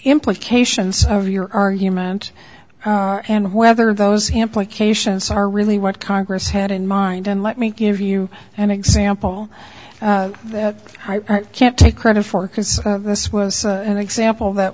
implications of your argument and whether those implications are really what congress had in mind and let me give you an example that i can't take credit for can say this was an example that